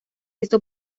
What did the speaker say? esto